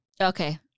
Okay